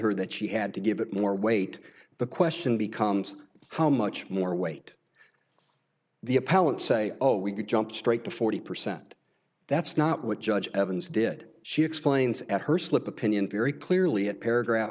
her that she had to give it more weight the question becomes how much more weight the appellant say oh we could jump straight to forty percent that's not what judge evans did she explains at her slip opinion very clearly at paragraph